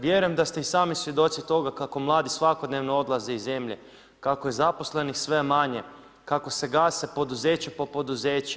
Vjerujem da ste i sami svjedoci toga kako mladi svakodnevno odlaze iz zemlje, kako je zaposlenih sve manje, kako se gase poduzeće po poduzeće.